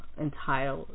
entire